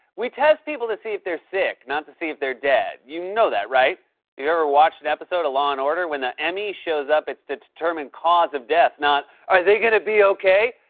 we test people to see if they're sick, not to see if they're dead. you know that, right? have you ever watched an episode of law and order? when the m e. shows up, it's to determine cause of death, not, are they going to be okay?